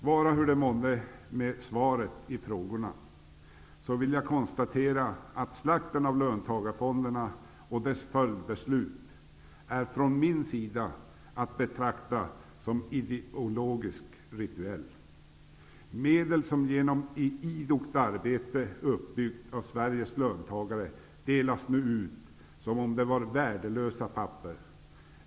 Vara hur det månde med svaren på frågorna, men jag konstaterar att slakten på löntagarfonderna och dess följdbeslut är att betrakta som ideologiskt rituell. Medel som genom idogt arbete byggts upp av Sveriges löntagare delas nu ut som om de var värdelösa papper.